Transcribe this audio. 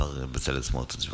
השר בצלאל סמוטריץ'.